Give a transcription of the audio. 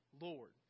Lord